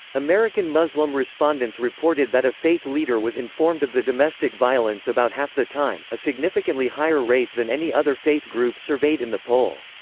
american muslim respondents reported that a faith leader was informed of the domestic violence about half the time, a significantly higher rate than any other faith group surveyed in the poll.